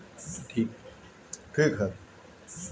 मोगरा फूल के प्रकृति गरम होला